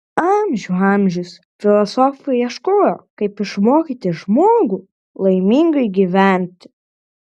amžių amžius filosofai ieškojo kaip išmokyti žmogų laimingai gyventi